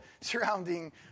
surrounding